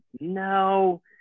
no